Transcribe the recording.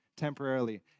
Temporarily